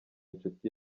inshuti